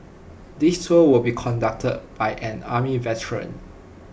this tour will be conducted by an army veteran